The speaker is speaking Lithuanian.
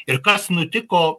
ir kas nutiko